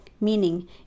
Meaning